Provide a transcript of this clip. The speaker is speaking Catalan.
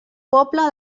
poble